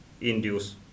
induce